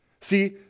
See